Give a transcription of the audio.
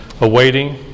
awaiting